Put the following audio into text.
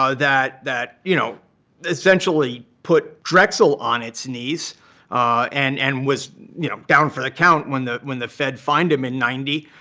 ah that that you know essentially put drexel on its knees and and was you know down for the count when the when the fed fined him in ninety.